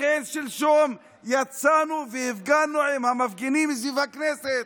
לכן שלשום יצאנו והפגנו עם המפגינים סביב הכנסת.